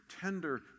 tender